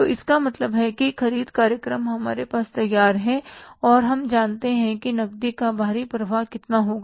तो इसका मतलब है कि ख़रीद कार्यक्रम हमारे पास तैयार है और हम जानते है कि नकदी का बाहरी प्रवाह कितना होगा